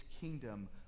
kingdom